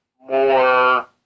more